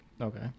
Okay